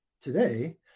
today